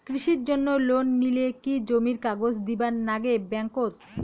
কৃষির জন্যে লোন নিলে কি জমির কাগজ দিবার নাগে ব্যাংক ওত?